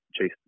chase –